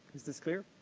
is this clear?